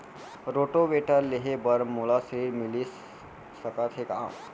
Rotavator लेहे बर मोला ऋण मिलिस सकत हे का?